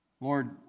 Lord